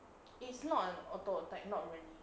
it's not auto attack not really